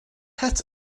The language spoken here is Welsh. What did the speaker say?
het